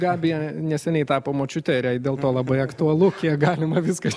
gabija neseniai tapo močiute ir jai dėl to labai aktualu kiek galima viską